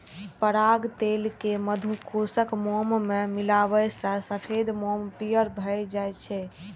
पराग तेल कें मधुकोशक मोम मे मिलाबै सं सफेद मोम पीयर भए जाइ छै